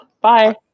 Bye